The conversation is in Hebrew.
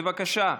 בבקשה,